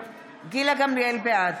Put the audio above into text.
גמליאל, בעד